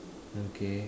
okay